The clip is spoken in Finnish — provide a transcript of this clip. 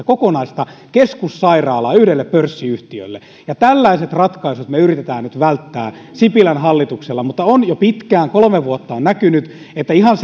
kokonaista keskussairaalaa yhdelle pörssiyhtiölle ja tällaiset ratkaisut me yritämme nyt välttää sipilän hallituksessa mutta on jo pitkään jo kolme vuotta näkynyt että ihan